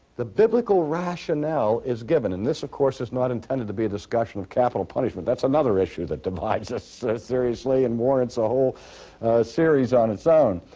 the biblical rationale is given and this of course is not intended to be a discussion of capital punishment. that's another issue that divides us seriously and warrants a whole series on its own.